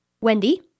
Wendy